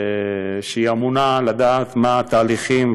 והיא אמורה לדעת מה התהליכים,